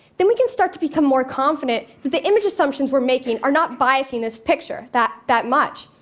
then we can start to become more confident that the image assumptions we're making are not biasing this picture that that much.